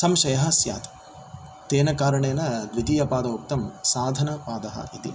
संशयः स्यात् तेन कारणेन द्वितीयपादौ उक्तं साधनपादः इति